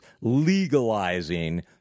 legalizing